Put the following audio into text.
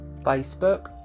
Facebook